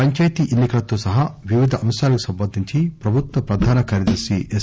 పంచాయతీ ఎన్ని కలు సహా వివిధ అంశాలకు సంబంధించి ప్రభుత్వ ప్రధాన కార్యదర్ని ఎస్